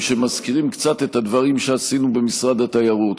שמזכירים קצת את הדברים שעשינו במשרד התיירות,